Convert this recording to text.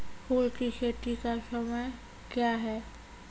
फुल की खेती का समय क्या हैं?